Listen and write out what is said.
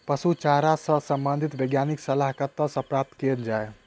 पशु चारा सऽ संबंधित वैज्ञानिक सलाह कतह सऽ प्राप्त कैल जाय?